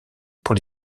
pour